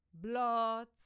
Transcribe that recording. Blood